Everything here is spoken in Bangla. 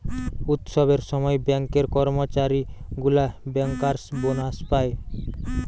উৎসবের সময় ব্যাঙ্কের কর্মচারী গুলা বেঙ্কার্স বোনাস পায়